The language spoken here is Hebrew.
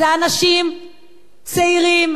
זה אנשים צעירים,